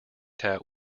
tout